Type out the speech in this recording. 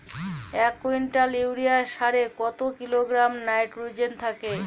এক quintal urea সারে কত কিলোগ্রাম নাইট্রোজেন থাকে?